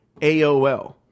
AOL